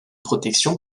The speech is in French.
protection